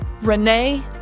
renee